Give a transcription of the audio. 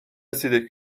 رسیده